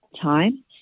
time